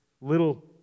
little